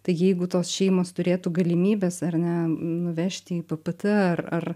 tai jeigu tos šeimos turėtų galimybes ar ne nuvežti į p p t ar ar